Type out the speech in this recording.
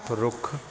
ਰੁੱਖ